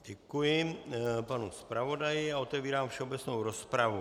Děkuji panu zpravodaji a otevírám všeobecnou rozpravu.